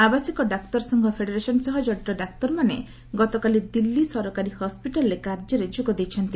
ଆବାସିକ ଡାକ୍ତର ସଂଘ ଫେଡେରେସନ୍ ସହ ଜଡ଼ିତ ଡାକ୍ତରମାନେ ମଧ୍ୟ ଗତକାଲି ଦିଲ୍ଲୀ ସରକାରୀ ହସ୍କିଟାଲ୍ରେ କାର୍ଯ୍ୟରେ ଯୋଗ ଦେଇଛନ୍ତି